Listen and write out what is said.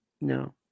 no